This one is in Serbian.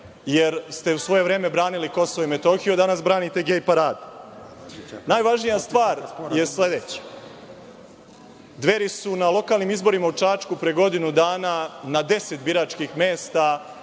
jer ste u svoje vreme branili Kosovo i Metohiju, a danas branite gej paradu. Najvažnija stvar je sledeća – Dveri su na lokalnim izborima u Čačku pre godinu dana na deset biračkih mesta